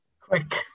Quick